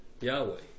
Yahweh